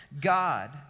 God